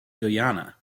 guyana